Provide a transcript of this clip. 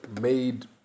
made